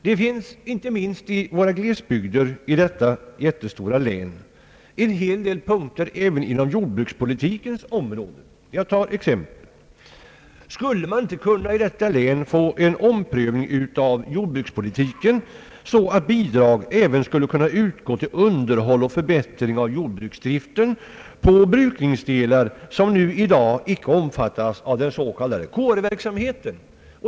Det finns inte minst i våra glesbygder i detta jättestora län en hel del punkter inom jordbrukspolitikens område som är värda att ta upp. Skulle man inte i detta län kunna få en omprövning av jordbrukspolitiken, så att bidrag skulle kunna utgå även till underhåll och förbättring av jordbruksdriften på brukningsdelar som i dag icke omfattas av den s.k. KR-verksamheten?